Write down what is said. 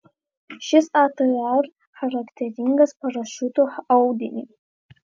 šis atr charakteringas parašiutų audiniui